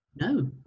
No